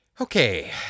Okay